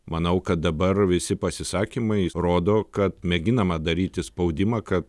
manau kad dabar visi pasisakymai rodo kad mėginama daryti spaudimą kad